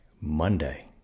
Monday